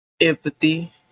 Empathy